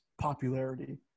popularity